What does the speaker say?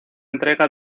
entrega